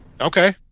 Okay